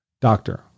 Doctor